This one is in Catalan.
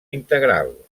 integral